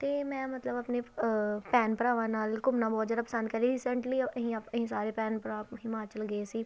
ਅਤੇ ਮੈਂ ਮਤਲਬ ਆਪਣੇ ਭੈਣ ਭਰਾਵਾਂ ਨਾਲ ਘੁੰਮਣਾ ਬਹੁਤ ਜ਼ਿਆਦਾ ਪਸੰਦ ਕਰ ਰਹੀ ਰੀਸੈਂਟਲੀ ਅਸੀਂ ਆਪ ਅਸੀਂ ਸਾਰੇ ਭੈਣ ਭਰਾ ਹਿਮਾਚਲ ਗਏ ਸੀ